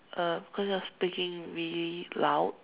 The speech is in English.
uh because you are speaking really loud